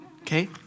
okay